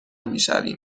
میشویم